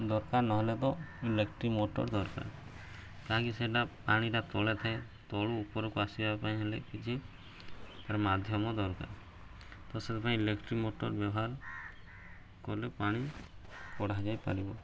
ଦରକାର ନହେଲେ ତ ଇଲେକ୍ଟ୍ରିକ୍ ମୋଟର ଦରକାର କାହିଁକି ସେଟା ପାଣିଟା ତଳେ ଥାଏ ତଳୁ ଉପରକୁ ଆସିବା ପାଇଁ ହେଲେ କିଛି ତା'ର ମାଧ୍ୟମ ଦରକାର ତ ସେଥିପାଇଁ ଇଲେକ୍ଟ୍ରିକ୍ ମୋଟର ବ୍ୟବହାର କଲେ ପାଣି କଢ଼ା ଯାଇପାରିବ